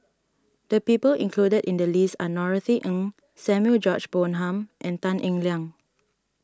the people included in the list are Norothy Ng Samuel George Bonham and Tan Eng Liang